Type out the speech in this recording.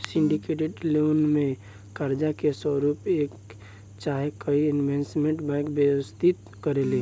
syndicated loan में कर्जा के स्वरूप एक चाहे कई इन्वेस्टमेंट बैंक व्यवस्थित करेले